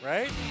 Right